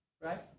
right